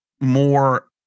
more